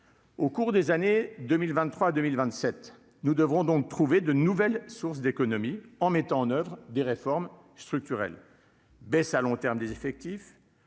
Au cours des années 2023 2027, nous devons donc trouver de nouvelles sources d'économies en mettant en oeuvre des réformes structurelles baisse à long terme des effectifs